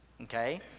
Okay